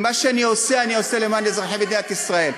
מה שאני עושה, אני עושה למען אזרחי מדינת ישראל.